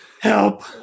help